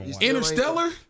Interstellar